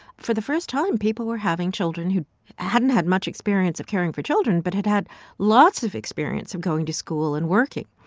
for the first time, people were having children who hadn't had much experience of caring for children but had had lots of experience of going to school and working.